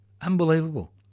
Unbelievable